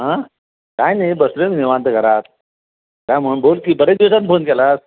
हां काय नाही बसलो आहे निवांत घरात काय म्हणून बोल की बरेच दिवसात फोन केलास